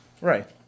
right